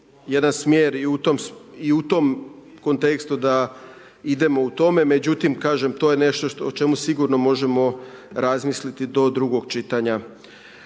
jedan smjer i u tom kontekstu da idemo u tome, međutim kažem, to je nešto o čemu sigurno možemo razmisliti do drugog čitanja.